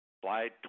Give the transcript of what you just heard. Slide